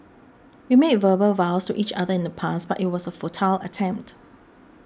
we made verbal vows to each other in the past but it was a futile attempt